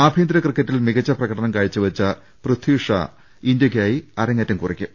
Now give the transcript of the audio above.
ആഭ്യന്തര ക്രിക്കറ്റിൽ മികച്ച പ്രകടനം കാഴ്ച്ചവെച്ച പൃഥിഷാ ഇന്ത്യക്കായി അരങ്ങേറ്റം കുറിക്കും